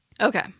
Okay